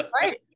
Right